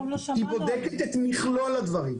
היא בודקת את מכלול הדברים,